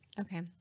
Okay